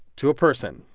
to a person,